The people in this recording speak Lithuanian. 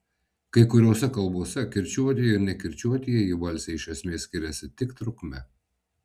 kai kuriose kalbose kirčiuotieji ir nekirčiuotieji balsiai iš esmės skiriasi tik trukme